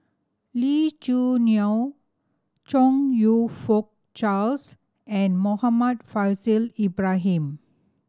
Lee Choo Neo Chong You Fook Charles and Muhammad Faishal Ibrahim